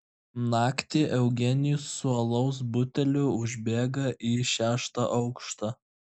naktį eugenijus su alaus buteliu užbėga į šeštą aukštą